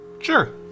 Sure